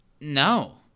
No